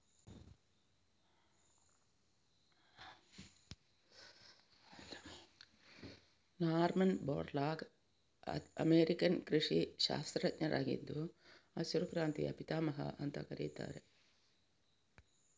Norman Borlaug American ಕೃಷಿ ಶಾಸ್ತ್ರಜ್ಞರಾಗಿದ್ದು ಹಸಿರು ಕ್ರಾಂತಿಯ ಪಿತಾಮಹ ಅಂತ ಕರೀತಾರೆ